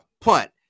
punt